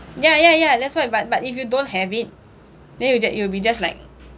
ya ya ya that's why but but if you don't have it then it will just it will be just like